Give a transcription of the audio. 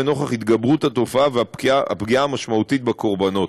לנוכח התגברות התופעה והפגיעה המשמעותית בקורבנות,